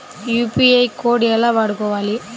UPI code ఎలా వాడుకోవాలి?